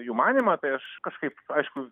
jų manymą tai aš kažkaip aišku